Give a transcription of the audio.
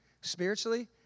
spiritually